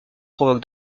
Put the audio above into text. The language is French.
provoque